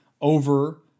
over